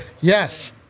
Yes